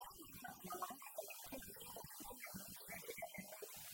... בפני עצמה אני אמרתי שאני אנצל את השיעור הזה גם ללימוד שביעית וגם ללימוד